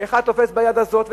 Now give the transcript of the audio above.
אחד תופס ביד הזאת,